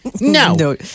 No